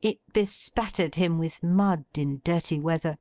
it bespattered him with mud in dirty weather